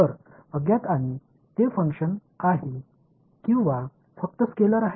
तर अज्ञात आणि ते फंक्शन आहेत किंवा फक्त स्केलर्स आहेत